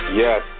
yes